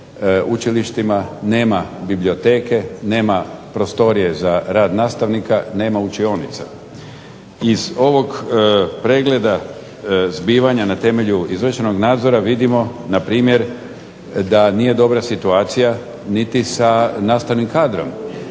učilištima nema biblioteke, nema prostorije za rad nastavnika, nema učionica. Iz ovog pregleda zbivanja na temelju izvršenog nadzora vidimo na primjer da nije dobra situacija niti sa nastavnim kadrom.